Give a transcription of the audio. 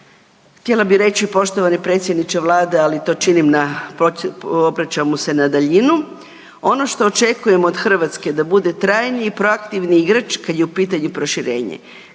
Htjela bih reći poštovani predsjedniče Vlade, ali to činim obraćam mu se na daljinu, ono što očekujem od Hrvatske da bude trajni i proaktivni igrač kad je u pitanju proširenje.